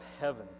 heaven